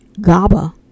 GABA